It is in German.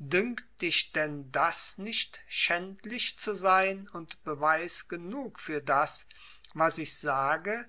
dünkt dich denn das nicht schändlich zu sein und beweis genug für das was ich sage